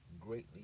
greatly